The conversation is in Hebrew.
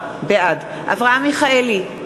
בעד אברהם מיכאלי,